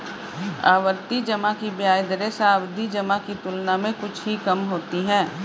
आवर्ती जमा की ब्याज दरें सावधि जमा की तुलना में कुछ ही कम होती हैं